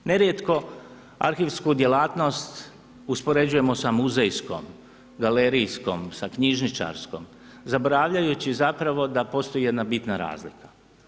Nerijetko arhivsku djelatnost uspoređujemo sa muzejskom, galerijskom, sa knjižničarskom zaboravljajući zapravo da postoji jedna bitna razlika.